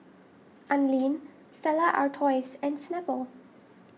Anlene Stella Artois and Snapple